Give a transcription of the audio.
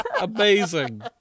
Amazing